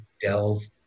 delve